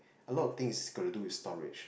a lot of things gonna do is storage